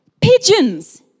pigeons